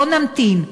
בואו נמתין.